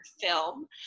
film